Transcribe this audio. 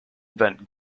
event